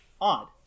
odd